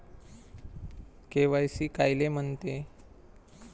KYC कायले म्हनते?